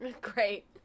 Great